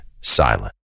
silent